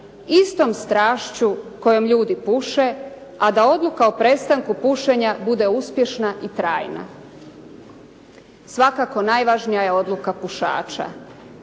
istom strašću kojom ljudi puše, a da odluka o prestanku pušenja bude odlučna i trajna. Svakako je najvažnija odluka pušača.